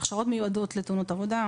ההכשרות מיועדות לתאונות עבודה.